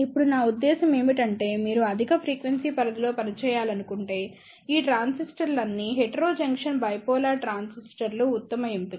ఇప్పుడు నా ఉద్దేశ్యం ఏమిటంటే మీరు అధిక ఫ్రీక్వెన్సీ పరిధిలో పనిచేయాలనుకుంటే ఈ ట్రాన్సిస్టర్లన్నీ హెటెరోజంక్షన్ బైపోలార్ ట్రాన్సిస్టర్లు ఉత్తమ ఎంపిక